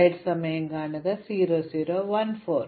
അതിനാൽ ഇതുവരെ കണ്ടത് അവലോകനം ചെയ്യാം